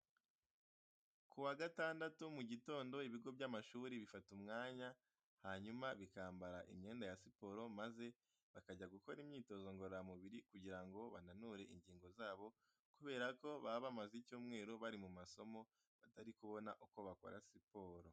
Ku wa gatandatu mu gitondo ibigo by'amashuri bifata umwanya, hanyuma bikambara imyenda ya siporo maze bakajya gukora imyitozo ngororamubiri kugira ngo bananure ingingo zabo kubera ko baba bamaze icyumweru bari mu masomo, batari kubona uko bakora siporo.